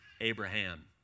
Abraham